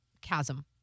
chasm